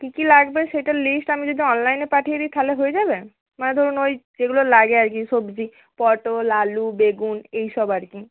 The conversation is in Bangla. কি কি লাগবে সেটার লিস্ট আমি যদি অনলাইনে পাঠিয়ে দিই তাহলে হয়ে যাবে মানে ধরুন ওই যেগুলো লাগে আর কি সবজি পটল আলু বেগুন এই সব আর কি